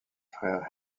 frères